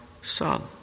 son